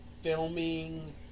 filming